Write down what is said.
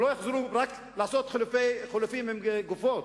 ולא יחזרו רק לעשות חילופים עם גופות,